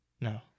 No